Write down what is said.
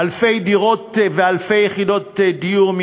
אלפי דירות ואלפי יחידות דיור,